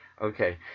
Okay